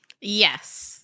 Yes